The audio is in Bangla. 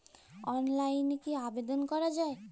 অনলাইনে কি আবেদন করা য়ায়?